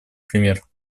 пример